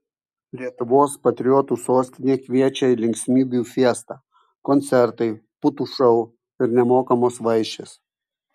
lietuvos patriotų sostinė kviečia į linksmybių fiestą koncertai putų šou ir nemokamos vaišės